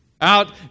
out